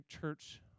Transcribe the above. church